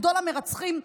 גדול המרצחים,